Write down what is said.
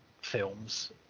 films